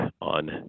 on